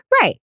Right